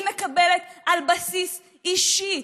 היא מקבלת על בסיס אישי.